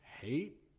Hate